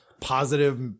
positive